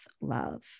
love